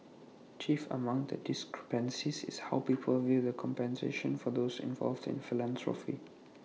chief among the discrepancies is how people view compensation for those involved in philanthropy